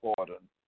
important